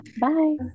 Bye